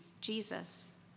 Jesus